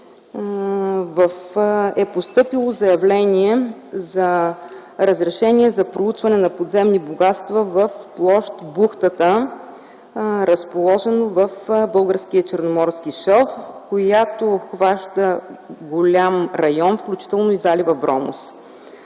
е постъпило заявление за разрешение за проучване на подземни богатства в площ „Бухтата”, разположена в Българския черноморски шелф, която обхваща голям район, включително и залива Вромос.